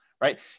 right